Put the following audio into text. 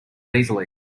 easily